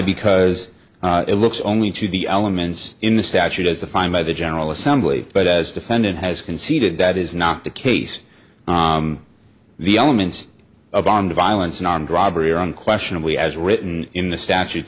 because it looks only to the elements in the statute as the fine by the general assembly but as defendant has conceded that is not the case the elements of armed violence and armed robbery are unquestionably as written in the statutes